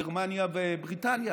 גרמניה ובריטניה,